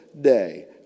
day